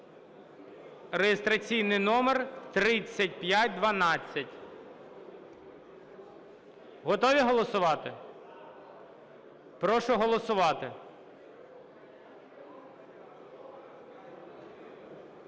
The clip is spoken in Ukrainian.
(реєстраційний номер 3512). Готові голосувати? Прошу голосувати.